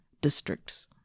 districts